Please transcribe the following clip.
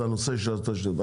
זה הנושא של התשתיות.